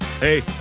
Hey